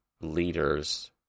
leaders